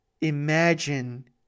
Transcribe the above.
imagine